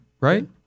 Right